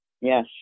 yes